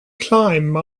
climb